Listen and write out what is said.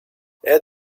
add